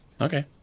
Okay